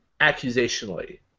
accusationally